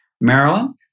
Maryland